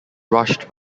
rushed